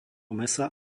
mäsa